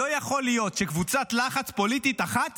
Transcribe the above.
לא יכול להיות שקבוצת לחץ פוליטית אחת